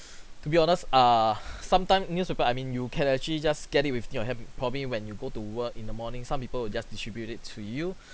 to be honest uh sometime newspaper I mean you can actually just get it with your hand probably when you go to work in the morning some people will just distribute it to you